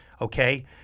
okay